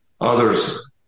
Others